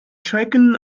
schrecken